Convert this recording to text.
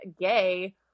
gay